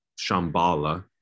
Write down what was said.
Shambhala